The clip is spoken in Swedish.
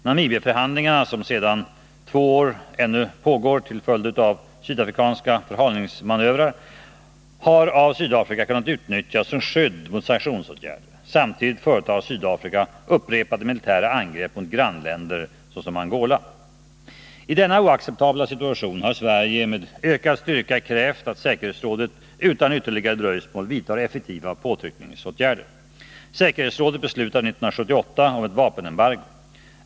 Namibiaförhandlingarna, som sedan två år ännu pågår till följd av sydafrikanska förhalningsmanövrer, har av Sydafrika kunnat utnyttjas som skydd mot sanktionsåtgärder. Samtidigt företar Sydafrika upprepade militära angrepp mot grannländer, såsom Angola. I denna oacceptabla situation har Sverige med ökad styrka krävt att säkerhetsrådet utan ytterligare dröjsmål vidtar effektiva påtryckningsåtgärder. Säkerhetsrådet beslutade 1978 om ett vapenembargo.